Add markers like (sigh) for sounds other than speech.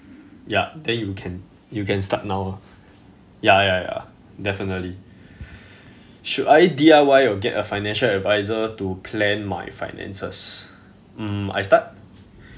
ya then you can you can start now ah ya ya ya definitely (breath) should I D_I_Y or get a financial adviser to plan my finances mm I start